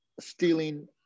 stealing